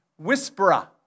Whisperer